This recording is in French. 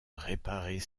réparer